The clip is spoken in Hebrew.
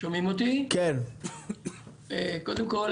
קודם כל,